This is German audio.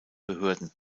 behörden